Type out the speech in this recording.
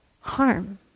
harm